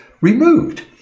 removed